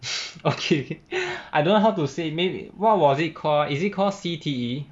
okay I don't know how to say maybe what was it called ah is it called C_T_E